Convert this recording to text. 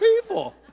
people